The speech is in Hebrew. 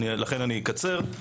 לכן אני אקצר.